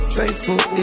faithful